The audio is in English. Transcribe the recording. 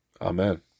Amen